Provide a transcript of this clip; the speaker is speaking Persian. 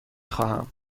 خواهم